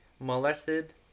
molested